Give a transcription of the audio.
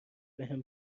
بهم